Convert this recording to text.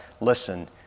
listen